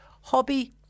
Hobby